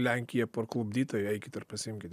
lenkija parklupdyta įeikit ir pasiimkit